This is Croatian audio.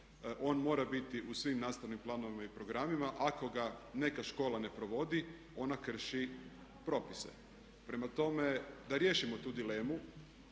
on mora biti u svim nastavnim planovima i programima. Ako ga neka škola ne provodi ona krši propise. Prema tome, da riješimo tu dilemu.